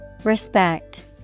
Respect